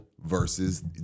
versus